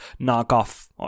knockoff